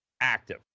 active